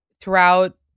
Throughout